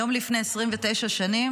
היום לפני 29 שנים